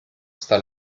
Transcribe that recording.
sta